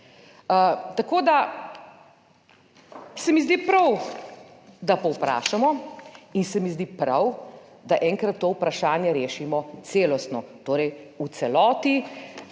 Tako, da se mi zdi prav, da povprašamo in se mi zdi prav, da enkrat to vprašanje rešimo celostno, torej v celoti